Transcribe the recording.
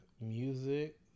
music